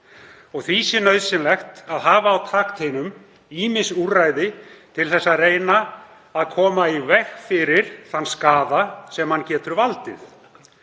Því sé nauðsynlegt að hafa á takteinum ýmis úrræði til að reyna að koma í veg fyrir þann skaða sem hann getur valdið.